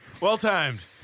Well-timed